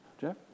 Jeff